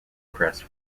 press